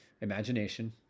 imagination